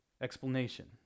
explanation